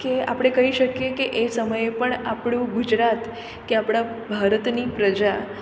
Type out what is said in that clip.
કે આપણે કહી શકીએ કે એ સમયે પણ આપણું ગુજરાત કે આપણા ભારતની પ્રજા